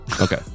Okay